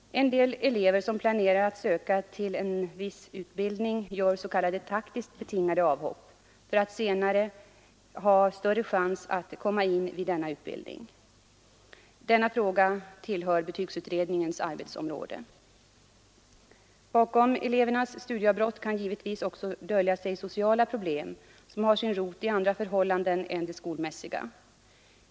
En del elever som planerar att söka till en viss utbildning gör s.k. taktiskt betingade avhopp för att senare ha större chans att komma in vid denna utbildning. Denna fråga tillhör betygsutredningens arbetsområde. Bakom elevernas studieavbrott kan givetvis också dölja sig sociala problem som har sin rot i andra förhållanden än de skolmässiga.